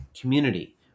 community